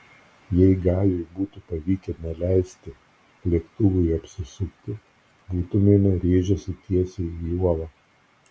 jei gajui būtų pavykę neleisti lėktuvui apsisukti būtumėme rėžęsi tiesiai į uolą